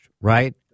right